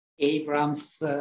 Abram's